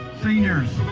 seniors,